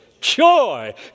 Joy